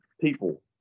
people